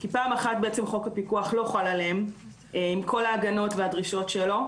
כי פעם אחת חוק הפיקוח לא חל עליהם עם כל ההגנות והדרישות שלו,